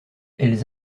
elles